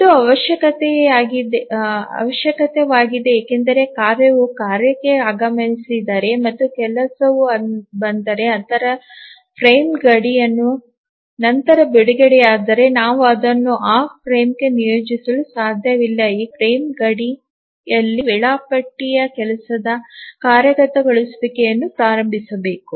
ಇದು ಅವಶ್ಯಕವಾಗಿದೆ ಏಕೆಂದರೆ ಕಾರ್ಯವು ಕಾರ್ಯಕ್ಕೆ ಆಗಮಿಸಿದರೆ ಮತ್ತು ಕೆಲಸವು ಬಂದರೆ ಅಥವಾ ಫ್ರೇಮ್ ಗಡಿಯ ನಂತರ ಬಿಡುಗಡೆಯಾದರೆ ನಾವು ಅದನ್ನು ಆ ಫ್ರೇಮ್ಗೆ ನಿಯೋಜಿಸಲು ಸಾಧ್ಯವಿಲ್ಲ ಏಕೆಂದರೆ ಫ್ರೇಮ್ ಗಡಿಯಲ್ಲಿ ವೇಳಾಪಟ್ಟಿ ಕೆಲಸದ ಕಾರ್ಯಗತಗೊಳಿಸುವಿಕೆಯನ್ನು ಪ್ರಾರಂಭಿಸಬೇಕು